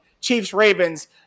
Chiefs-Ravens